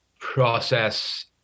process